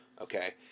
Okay